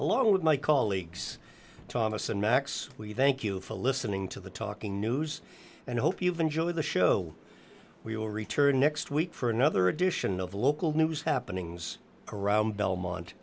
along with my colleagues thomas and max we thank you for listening to the talking news and hope you've enjoyed the show we'll return next week for another edition of local news happenings around belmont